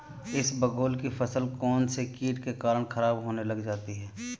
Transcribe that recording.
इसबगोल की फसल कौनसे कीट के कारण खराब होने लग जाती है?